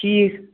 ٹھیٖک